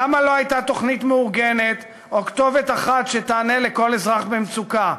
למה לא הייתה תוכנית מאורגנת או כתובת אחת שתענה לכל אזרח במצוקה?